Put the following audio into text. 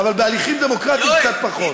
אבל בהליכים דמוקרטיים קצת פחות.